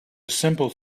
simple